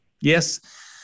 Yes